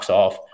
off